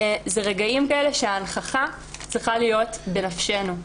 זה רגעים כאלה שההנכחה צריכה להיות בנפשנו.